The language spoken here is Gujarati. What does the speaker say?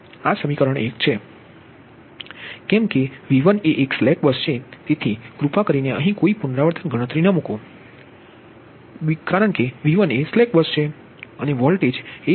સમીકરણ અને કેમ કે V1 એ સ્લેક બસ છે તેથી કૃપા કરીને અહીં કોઈ પુનરાવર્તન ગણતરી ન મૂકો કારણ કે આ V1 એ એક સ્લેક બસ છે અને વોલ્ટેજ 1